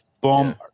Boom